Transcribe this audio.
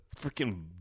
freaking